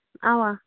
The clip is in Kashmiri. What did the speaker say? اَوا